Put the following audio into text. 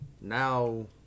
Now